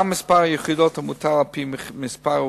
גם מספר היחידות המותר, על-פי מספר האוכלוסין,